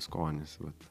skonis vat